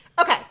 Okay